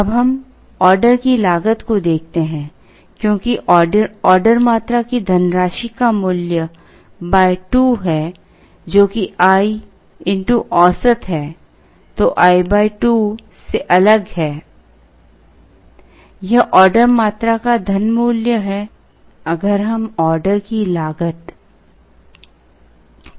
अब हम ऑर्डर की लागत को देखते हैं क्योंकि ऑर्डर मात्रा की धनराशि का मूल्य 2 है जो कि i x औसत है तो i 2 से अलग है